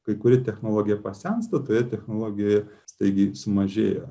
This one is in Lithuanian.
kai kuri technologė pasensta toje technologijoje staigiai sumažėjo